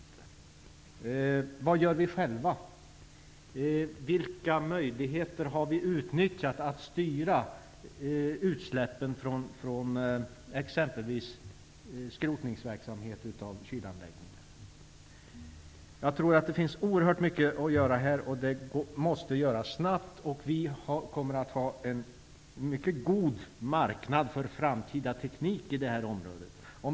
Vad gör vi själva? Vilka möjligheter att styra utsläppen från exempelvis verksamhet med skrotning av kylanläggningar har vi utnyttjat? Jag tror att det finns oerhört mycket att göra, och det måste göras snabbt. Det kommer att finnas en mycket god marknad för framtida teknik på detta område.